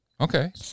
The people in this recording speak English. Okay